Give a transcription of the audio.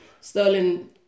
Sterling